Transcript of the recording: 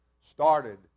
started